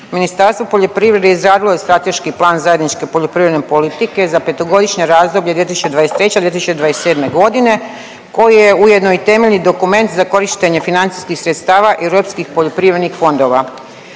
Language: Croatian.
Ministarstvo poljoprivrede izradilo je strateški plan zajedničke poljoprivredne politike za 5-godišnje razdoblje 2023.-2027.g. koji je ujedno i temelj i dokument za korištenje financijskih sredstava europskih poljoprivrednih fondova.